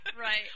right